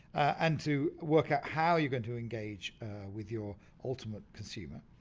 and to work out how you're going to engage with your ultimate consumer.